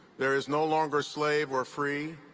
there is no longer slave or free,